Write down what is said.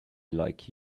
like